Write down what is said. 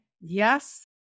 yes